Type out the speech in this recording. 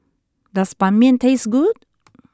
does Ban Mian taste good